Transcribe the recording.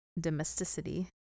Domesticity